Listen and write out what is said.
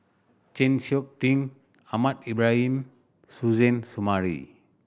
Chng Seok Tin Ahmad Ibrahim Suzairhe Sumari